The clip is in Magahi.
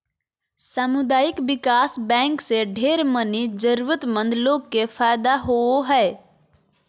सामुदायिक विकास बैंक से ढेर मनी जरूरतमन्द लोग के फायदा होवो हय